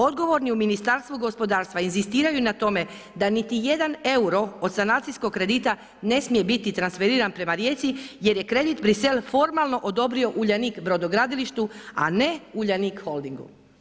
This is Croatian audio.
Odgovorni u Ministarstvu gospodarstva inzistiraju na tome da niti jedan euro od sanacijskog kredita ne smije biti transferiran prema Rijeci jer je kredit Brisel formalno uredio Uljanik brodogradilištu a ne Uljanik holdingu.